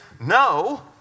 no